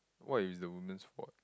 what is the woman's fault